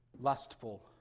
lustful